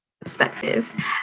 perspective